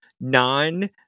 non